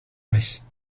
naiz